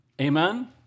Amen